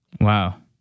Wow